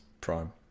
prime